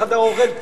בחדר אוכל,